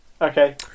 Okay